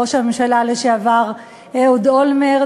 ראש הממשלה לשעבר אהוד אולמרט,